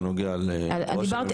הוא נוגע לראש הממשלה,